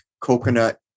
coconut